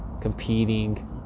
competing